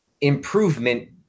improvement